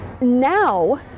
now